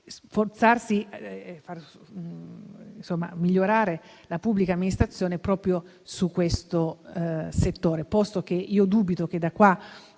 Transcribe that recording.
sforzarsi per far migliorare la pubblica amministrazione in questo settore, posto che dubito che da qua